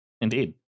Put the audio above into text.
Indeed